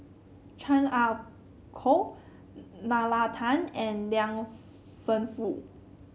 Chan Ah Kow Nalla Tan and Liang Wenfu